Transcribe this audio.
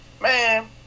man